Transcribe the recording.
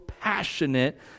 passionate